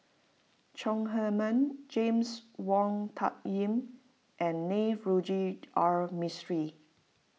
Chong Heman James Wong Tuck Yim and Navroji R Mistri